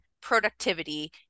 productivity